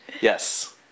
Yes